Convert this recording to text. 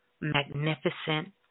magnificent